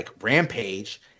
rampage